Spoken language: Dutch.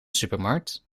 supermarkt